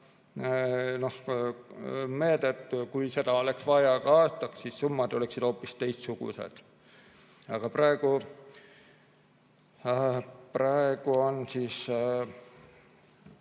meedet, kui seda oleks vaja teha aastaks, siis summad oleksid hoopis teistsugused. Aga praegu on arvestus